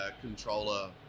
controller